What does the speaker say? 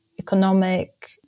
economic